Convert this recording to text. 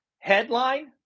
headline